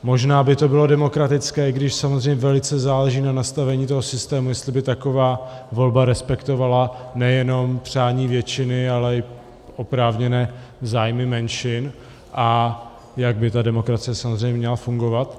Možná by to bylo demokratické, i když samozřejmě velice záleží na nastavení toho systému, jestli by taková volba respektovala nejenom přání většiny, ale i oprávněné zájmy menšin, jak by ta demokracie samozřejmě měla fungovat.